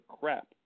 crap